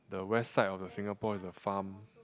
the west side of the Singapore is a farm